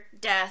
death